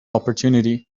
opportunity